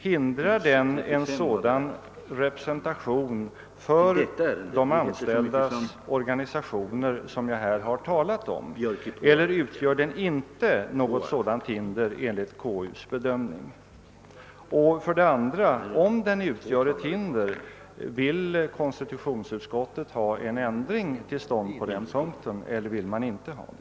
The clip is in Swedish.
Hindrar den en sådan representation för de anställdas organisationer som jag här har talat om eller utgör den inte något sådant hinder enligt konstitutionsutskottets "bedömning? Om den utgör ett hinder, vill konstitutionsutskottet ha en ändring till stånd på den punkten eller vill man det inte?